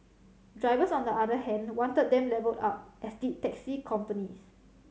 drivers on the other hand wanted them levelled up as did taxi companies